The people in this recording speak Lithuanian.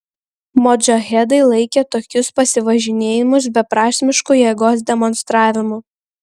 modžahedai laikė tokius pasivažinėjimus beprasmišku jėgos demonstravimu